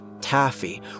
taffy